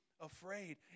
afraid